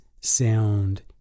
sound